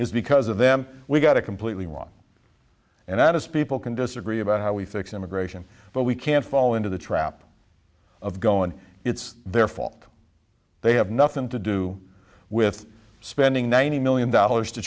is because of them we got a completely wrong and that is people can disagree about how we fix immigration but we can't fall into the trap of going it's their fault they have nothing to do with spending ninety million dollars to